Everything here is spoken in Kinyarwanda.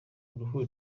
uruhuri